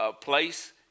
place